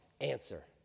answer